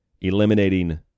eliminating